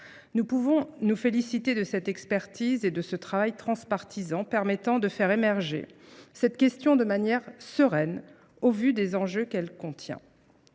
Nous pouvons nous féliciter de cette expertise et de ce travail transpartisan permettant de faire émerger cette question de manière sereine au vu des enjeux qu'elle contient.